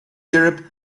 europe